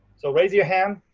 so raise your hand,